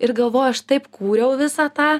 ir galvoji aš taip kūriau visą tą